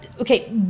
Okay